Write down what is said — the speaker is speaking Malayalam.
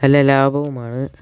നല്ല ലാഭവുമാണ്